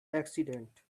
accident